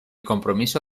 compromiso